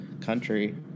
country